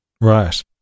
Right